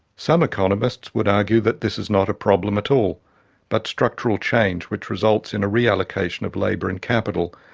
some economists would argue that this is not a problem at all but structural change which results in a re-allocation of labour and capital,